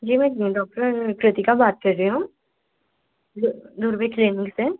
जी मैं डॉक्टर कृतिका बात कर रही हूँ दुर्बे क्लीनिक से